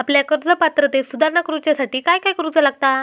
आपल्या कर्ज पात्रतेत सुधारणा करुच्यासाठी काय काय करूचा लागता?